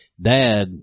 Dad